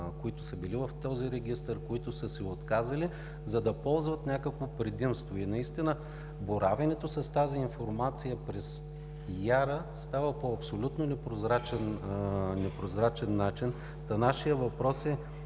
които са били в този Регистър, които са се отказали, за да ползват някакво предимство. И наистина боравенето с тази информация през ИАРА става по абсолютно непрозрачен начин. Нашият въпрос е